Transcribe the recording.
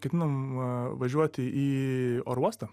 ketinam važiuoti į oro uostą